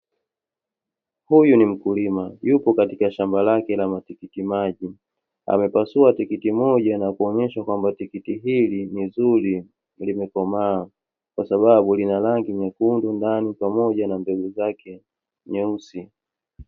Huyu ni mkulima, yupo katika shamba lake la matikiti maji, amepasua tikiti moja na kuonesha tikiti hili ni zuri limekomaa, kwa sababu lina rangi nyekundu ndani na mbegu nyeusi.